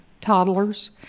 toddlers